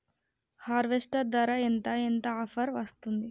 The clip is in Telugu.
హార్వెస్టర్ ధర ఎంత ఎంత ఆఫర్ వస్తుంది?